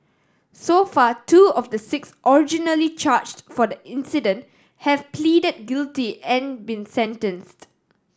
so far two of the six originally charged for the incident have pleaded guilty and been sentenced